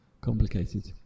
complicated